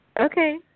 Okay